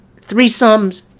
threesomes